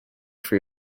for